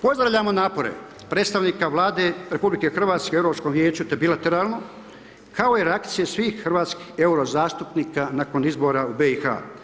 Pozdravljamo napore predstavnika Vlade RH Europskom vijeću, te bilateralno, kao i reakcije svih hrvatskih euro zastupnika nakon izbora u BiH.